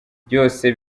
byose